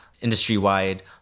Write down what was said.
industry-wide